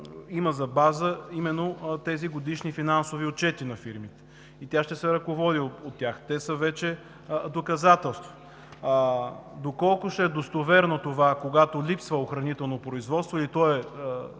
има за база именно тези годишни финансови отчети на фирмите и тя ще се ръководи от тях, те са вече доказателство. Доколко ще е достоверно това, когато липсва охранително производство, и то е